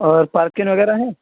اور پارکن وغیرہ ہے